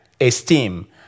esteem